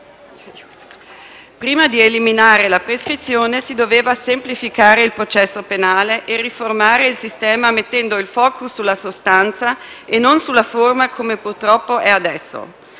prima di eliminare la prescrizione, si doveva semplificare il processo penale e riformare il sistema mettendo il *focus* sulla sostanza e non sulla forma, come purtroppo è adesso.